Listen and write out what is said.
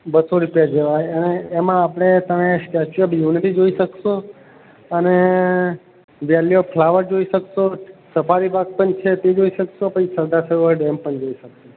બસો રૂપિયા જેવા અને એમાં આપણે તમે સ્ટેચ્યુ ઓફ યુનિટી જોઈ શકશો અને વેલી ઓફ ફ્લાવર જોઈ શકશો સફારી પાર્ક પણ છે તે જોઈ શકશો પછી સરદાર સરોવર ડેમ પણ જોઈ શકશો